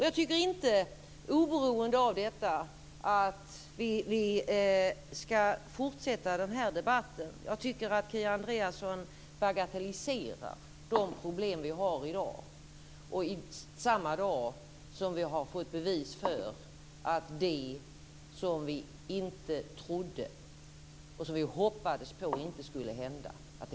Jag tycker inte, oberoende av detta, att vi ska fortsätta den här debatten. Jag tycker att Kia Andreasson bagatelliserar de problem som vi har i dag, samma dag som vi har fått bevis för att det som vi inte trodde och hoppades på inte skulle hända har hänt.